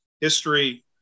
history